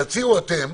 תציעו אתם.